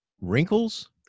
wrinkles